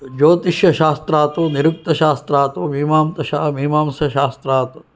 ज्योतिषशास्त्रात् निरुक्तशास्त्रात् मीमांसशास्त्रात्